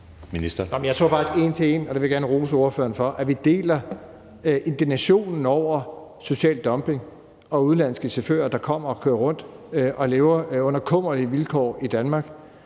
at vi en til en – og det vil jeg gerne rose ordføreren for – deler indignationen over social dumping og udenlandske chauffører, der kommer og kører rundt og lever under kummerlige vilkår i Danmark,